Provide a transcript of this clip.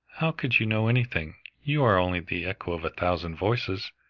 how could you know anything? you are only the echo of a thousand voices.